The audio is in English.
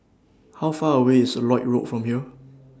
How Far away IS Lloyd Road from here